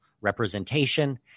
representation